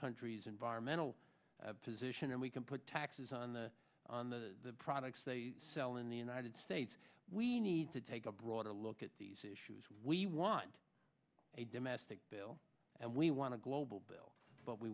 country's environmental position and we can put taxes on the on the products they sell in the united states we need to take a broader look at these issues we want a domestic bill and we want to global bill but we